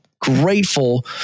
grateful